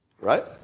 Right